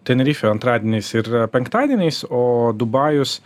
tenerifė antradieniais ir penktadieniais o dubajus